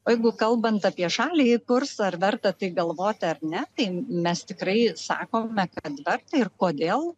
o jeigu kalbant apie žaliąjį kursą ar verta tai galvoti ar ne tai mes tikrai sakome kad verta ir kodėl